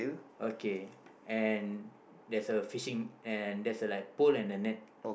okay and there's a fishing an there's a like pole and a net